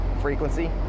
frequency